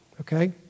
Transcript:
okay